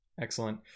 Excellent